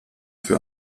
für